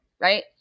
Right